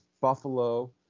Buffalo